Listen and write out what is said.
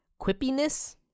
quippiness